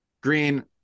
green